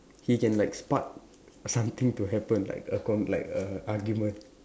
he can like spark something to happen like a con like a argument